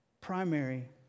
primary